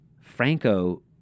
Franco